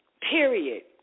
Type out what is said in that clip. period